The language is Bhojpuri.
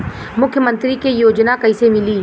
मुख्यमंत्री के योजना कइसे मिली?